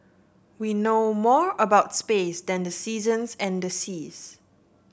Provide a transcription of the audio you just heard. we know more about space than the seasons and the seas